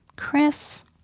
Chris